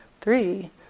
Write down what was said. Three